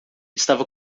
estava